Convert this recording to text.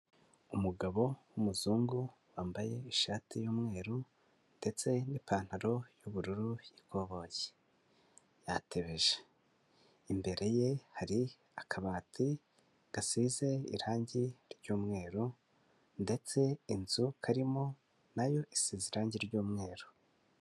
Umugabo w'umuzungu wambaye ishati y'umweru ndetse n'ipantaro y'ubururu y'ikoboyi yatebeje, imbere ye hari akabati gasize irangi ry'umweru ndetse inzu karimo na yo isize irangi ry'umweru.